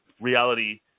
reality